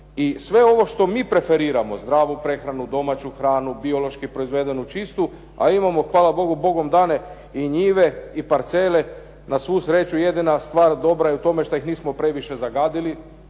sve ovo što mi preferiramo zdravu prehranu, domaću hranu, biološki proizvedenu, čistu a imamo hvala Bogu bogom dane i njive i parcele. Na svu sreću jedina stvar dobra je u tome što ih nismo previše zagadili